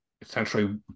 essentially